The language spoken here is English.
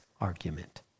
argument